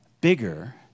bigger